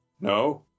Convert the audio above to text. No